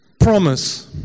promise